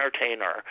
entertainer